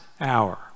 hour